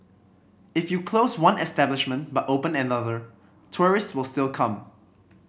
if you close one establishment but open another tourists will still come